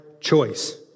choice